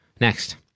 Next